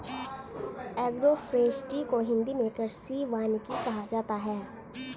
agroforestry को हिंदी मे कृषि वानिकी कहा जाता है